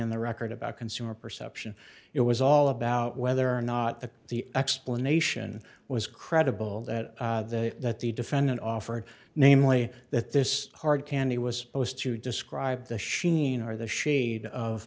in the record about consumer perception it was all about whether or not the the explanation was credible that the that the defendant offered namely that this hard candy was supposed to describe the sheen or the shade of